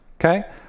Okay